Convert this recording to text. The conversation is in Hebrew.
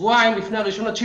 שבועיים לפני ה-1.9,